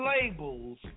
labels